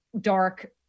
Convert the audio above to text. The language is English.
dark